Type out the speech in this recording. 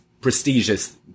prestigious